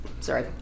sorry